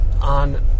on